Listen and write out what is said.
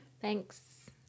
Thanks